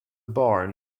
barn